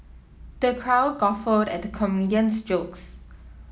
the crowd guffawed at the comedian's jokes